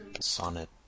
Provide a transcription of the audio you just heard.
Sonnet